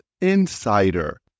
Insider